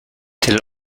till